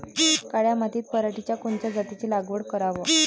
काळ्या मातीत पराटीच्या कोनच्या जातीची लागवड कराव?